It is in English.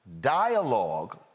dialogue